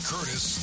Curtis